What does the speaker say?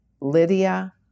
Lydia